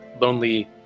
lonely